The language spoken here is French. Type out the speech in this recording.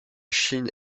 chine